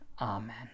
Amen